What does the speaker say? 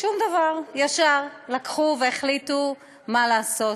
שום דבר, לקחו והחליטו מה לעשות.